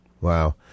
wow